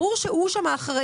ברור שהוא אחראי.